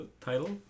title